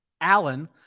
Allen